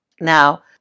Now